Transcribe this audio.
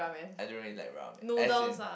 I don't really like ramen as in